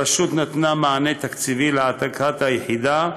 הרשות נתנה מענה תקציבי להעתקת היחידה,